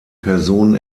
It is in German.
personen